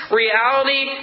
reality